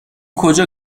کجا